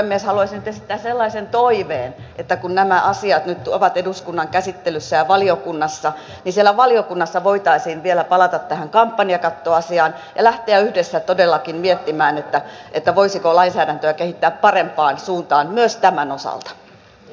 haluaisin nyt esittää sellaisen toiveen että kun nämä asiat nyt ovat eduskunnan käsittelyssä ja valiokunnassa niin siellä valiokunnassa voitaisiin vielä palata tähän kampanjakattoasiaan ja lähteä yhdessä todellakin miettimään voisiko lainsäädäntöä kehittää parempaan suuntaan myös tämän osalta